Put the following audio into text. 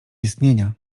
istnienia